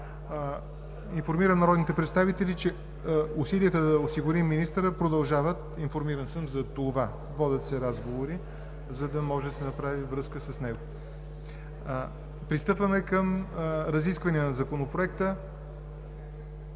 Информирам народните представители, че усилията да осигурим министъра продължават. Информиран съм за това. Водят се разговори, за да може да се направи връзка с него. Пристъпваме към разисквания по Законопроекта.